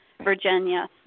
Virginia